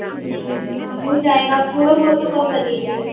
नहीं हाँ हो जाएगा आप थोड़ा बहुत तो कम कर लीजिए